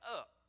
up